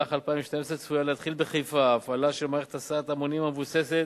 במהלך 2012 צפויה להתחיל בחיפה הפעלה של מערכת הסעת המונים המבוססת